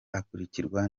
akurikiwe